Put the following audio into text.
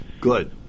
Good